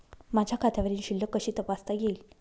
माझ्या खात्यावरील शिल्लक कशी तपासता येईल?